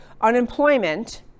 unemployment